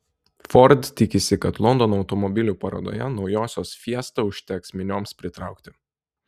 ford tikisi kad londono automobilių parodoje naujosios fiesta užteks minioms pritraukti